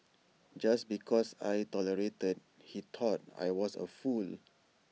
just because I tolerated he thought I was A fool